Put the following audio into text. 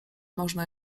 można